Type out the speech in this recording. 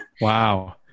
Wow